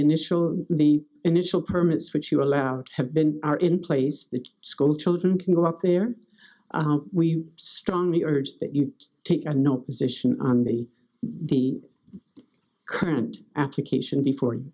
initial the initial permits which you allowed have been are in place that schoolchildren can go up there we strongly urge that you take a no position on the the current application before you